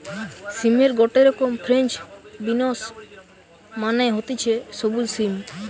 সিমের গটে রকম ফ্রেঞ্চ বিনস মানে হতিছে সবুজ সিম